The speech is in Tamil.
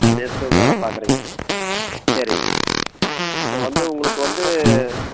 நெசவு வேலை பாக்குறீங்க சரிங்க இப்போது வந்து உங்களுக்கு வந்து